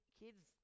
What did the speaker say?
kids